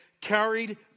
carried